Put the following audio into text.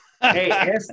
hey